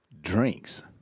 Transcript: Drinks